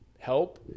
help